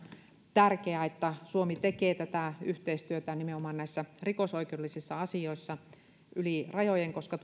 tärkeää että suomi tekee tätä yhteistyötä nimenomaan näissä rikosoikeudellisissa asioissa yli rajojen koska